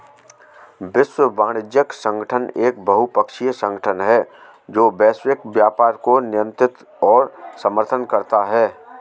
विश्व वाणिज्य संगठन एक बहुपक्षीय संगठन है जो वैश्विक व्यापार को नियंत्रित और समर्थन करता है